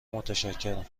متشکرم